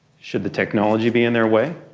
should the technology be in their way?